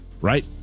right